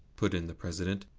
put in the president.